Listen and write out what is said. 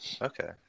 okay